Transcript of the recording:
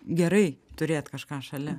gerai turėt kažką šalia